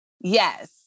Yes